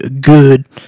good